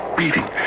beating